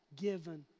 given